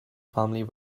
family